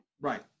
right